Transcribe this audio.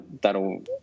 that'll